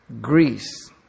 Greece